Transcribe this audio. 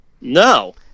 No